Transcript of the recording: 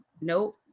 nope